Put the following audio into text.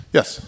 Yes